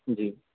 ਜੀ